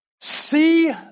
See